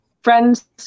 friends